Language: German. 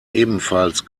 ebenfalls